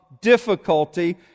difficulty